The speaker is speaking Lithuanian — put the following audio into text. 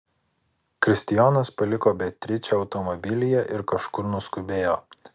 kristijonas paliko beatričę automobilyje ir kažkur nuskubėjo